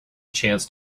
chance